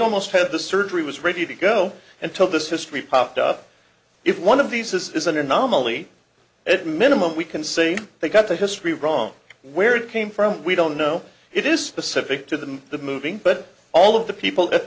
almost had the surgery was ready to go until this history popped up if one of these is an anomaly at minimum we can say they got the history wrong where it came from we don't know it is specific to the movie but all of the people at